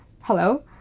hello